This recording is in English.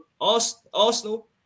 Arsenal